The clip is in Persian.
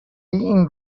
این